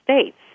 states